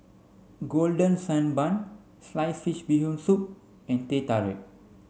golden sand bun sliced fish bee hoon soup and Teh Tarik